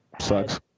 sucks